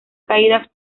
caídas